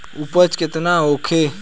उपज केतना होखे?